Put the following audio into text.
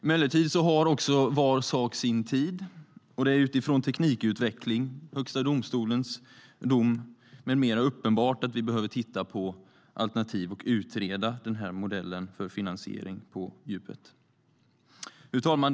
Emellertid har var sak sin tid, och det är utifrån teknikutvecklingen, Högsta förvaltningsdomstolens dom med mera uppenbart att vi behöver titta på alternativ och utreda denna modell för finansiering. Fru talman!